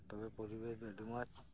ᱛᱚᱵᱮ ᱯᱚᱨᱤᱵᱮᱥ ᱫᱚ ᱟᱰᱤ ᱢᱚᱸᱡᱽ